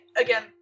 again